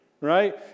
right